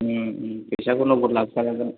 फैसाखौ नगद लाबोखानांगोन